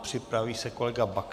Připraví se kolega Baxa.